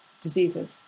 diseases